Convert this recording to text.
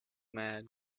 man